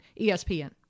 ESPN